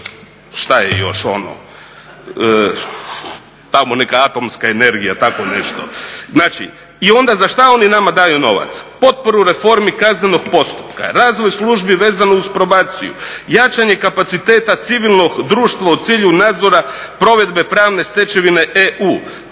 šta je još ono, tamo neka atomska energija, tako nešto. Znači i onda za šta oni nama daju novac? Potporu reformi kaznenog postupka, razvoj službi vezano uz probaciju, jačanje kapaciteta civilnog društva u cilju nadzora provedbe pravne stečevine EU,